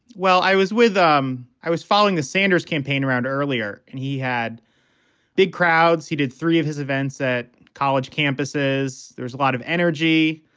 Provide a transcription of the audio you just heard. well, i was with. um i was following the sanders campaign around earlier and he had big crowds. he did three of his events at college campuses there's a lot of energy,